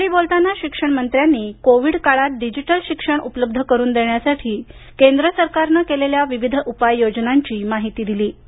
यावेळी बोलताना शिक्षण मंत्र्यांनी कोविड काळात डिजिटल शिक्षण उपलब्ध करून देण्यासाठी केंद्र सरकारनं केलेल्या विविध उपाय योजनांची माहिती दिली